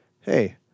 Hey